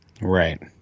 Right